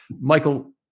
Michael